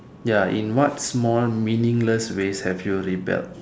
ya in what small meaningless ways have you rebelled